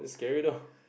scary though